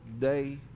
Day